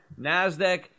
Nasdaq